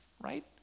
Right